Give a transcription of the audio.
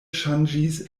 ŝanĝis